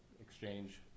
exchange